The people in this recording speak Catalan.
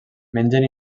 mengen